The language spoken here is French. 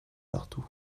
partout